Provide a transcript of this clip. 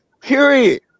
Period